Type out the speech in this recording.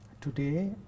today